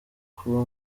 kuba